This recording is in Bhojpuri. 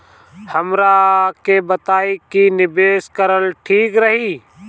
हमरा के बताई की निवेश करल ठीक रही?